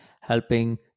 helping